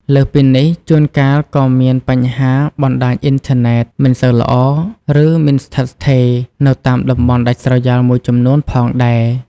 លើសពីនេះ ជួនកាលក៏មានបញ្ហាបណ្ដាញអ៊ីនធឺណិតមិនសូវល្អ ឬមិនស្ថិតស្ថេរ នៅតាមតំបន់ដាច់ស្រយាលមួយចំនួនផងដែរ។